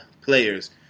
players